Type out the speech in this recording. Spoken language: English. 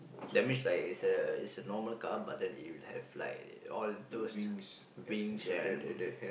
that's means like is a is a normal car but then it will have like all those wings and